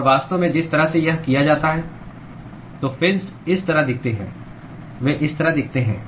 और वास्तव में जिस तरह से यह किया जाता है तो फिन्स इस तरह दिखते हैं वे इस तरह दिखते हैं